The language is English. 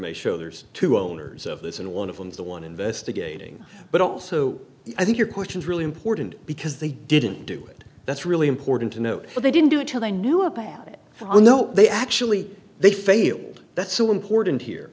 may show there's two owners of this and one of them is the one investigating but also i think your questions really important because they didn't do it that's really important to know they didn't do it till they knew about it oh no they actually they failed that's so important here